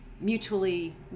mutually